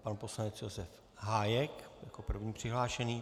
Pan poslanec Josef Hájek jako první přihlášený.